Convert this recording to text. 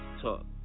talk